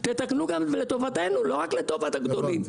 תתקנו גם לטובתנו לא רק לטובת הגדולים.